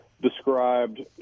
described